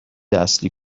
اصلی